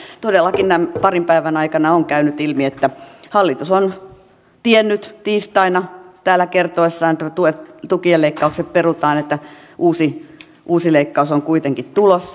ja todellakin näiden parin päivän aikana on käynyt ilmi että hallitus on tiennyt tiistaina täällä kertoessaan että tukien leikkaukset perutaan että uusi leikkaus on kuitenkin tulossa